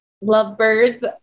lovebirds